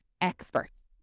experts